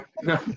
no